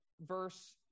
verse